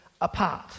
apart